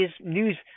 news